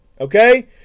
okay